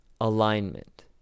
alignment